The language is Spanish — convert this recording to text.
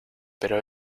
pero